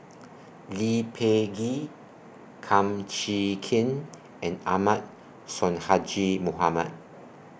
Lee Peh Gee Kum Chee Kin and Ahmad Sonhadji Mohamad